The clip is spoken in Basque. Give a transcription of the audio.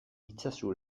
itzazu